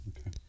Okay